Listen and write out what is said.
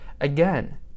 again